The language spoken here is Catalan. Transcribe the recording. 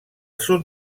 sud